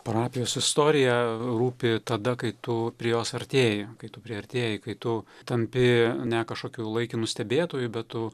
parapijos istorija rūpi tada kai tu prie jos artėji kai tu priartėji kai tu tampi ne kažkokiu laikinu stebėtoju bet tu